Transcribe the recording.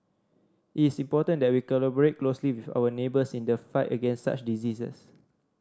it is important that we collaborate closely with our neighbours in the fight against such diseases